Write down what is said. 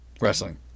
Wrestling